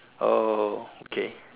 oh okay